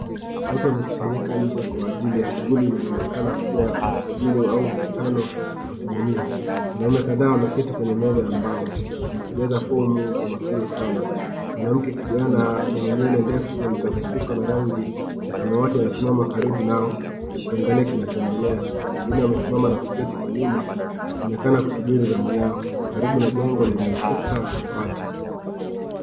watu wamekusanyika nje kwa ajili ya shughuli inayoonekana kuwa ya usajili au mkutano wa kijamii. Wanaume kadhaa wameketi kwenye meza ya mbao, wakijaza fomu kwa makini sana .Mwanamke kijana mwenye nywele ndefu za kusuka na rangi samawati anasimama karibu nao akiangalia kinachoendelea. Wengine wamesimama na kuketi kwa nyuma wakiangalia wakionekana kusubiri zamu yao, karibu na jengo lenye ukuta wa bati.